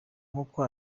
nk’uko